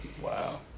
Wow